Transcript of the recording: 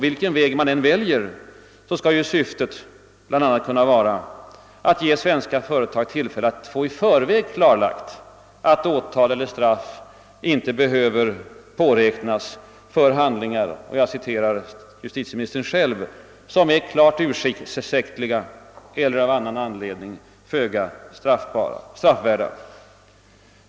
Vilken väg man än väljer skall syftet bl.a. kunna vara att ge svenska företag tillfälle att i förväg få klarlagt att åtal eller straff inte behöver påräknas för handling — och jag citerar här justitieministern själv — »som är klart ursäktlig eller av annan anledning föga straffvärd».